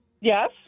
Yes